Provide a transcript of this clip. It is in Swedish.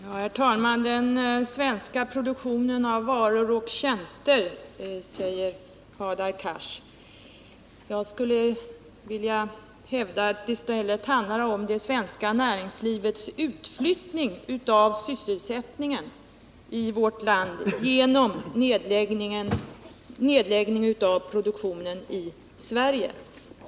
Herr talman! Hadar Cars talar om den svenska produktionen av varor och tjänster. Jag skulle vilja hävda att det handlar om det svenska näringslivets utflyttning av sysselsättningen i vårt land genom nedläggning av produktionen i Sverige.